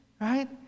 Right